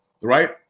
right